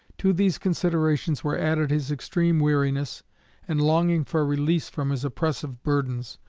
to these considerations were added his extreme weariness and longing for release from his oppressive burdens.